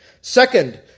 Second